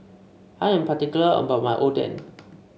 I am particular about my Oden